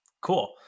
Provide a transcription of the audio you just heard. Cool